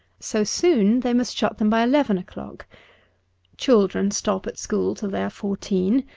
so soon they must shut them by eleven o'clock children stop at school till they are fourteen,